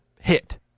hit